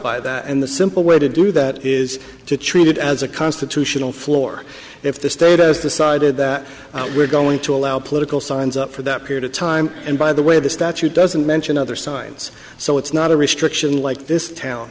by that and the simple way to do that is to treat it as a constitutional floor if the state has decided that we're going to allow political signs up for that period of time and by the way the statute doesn't mention other signs so it's not a restriction like this town